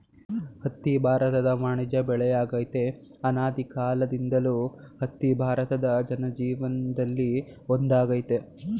ಹತ್ತಿ ಭಾರತದ ವಾಣಿಜ್ಯ ಬೆಳೆಯಾಗಯ್ತೆ ಅನಾದಿಕಾಲ್ದಿಂದಲೂ ಹತ್ತಿ ಭಾರತ ಜನಜೀವನ್ದಲ್ಲಿ ಒಂದಾಗೈತೆ